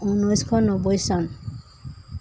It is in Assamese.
ঊনৈছশ নব্বৈ চন